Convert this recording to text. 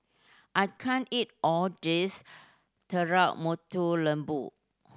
I can't eat all these Telur Mata Lembu